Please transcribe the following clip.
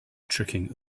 tricking